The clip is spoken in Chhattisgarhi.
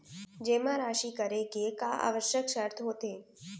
जेमा राशि करे के का आवश्यक शर्त होथे?